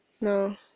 No